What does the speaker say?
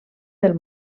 del